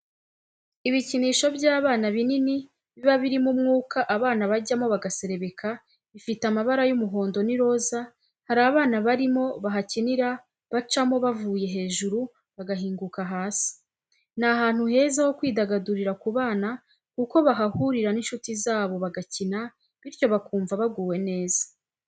Ibikinisho by'abana binini biba birimo umwuka abana bajyamo bagaserebeka, bifite amabara y'umuhondo n'iroza, hari abana barimo bahakinira bacamo bavuye hejuru bagahinguka hasi. Ni ahantu heza ho kwidagadurira ku bana kuko bahahurira n'inshuti zabo bagakina, bityo bakumva baguwe neza.